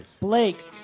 Blake